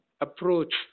approach